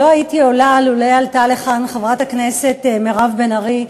לא הייתי עולה לולא עלתה לכאן חברת הכנסת מירב בן ארי,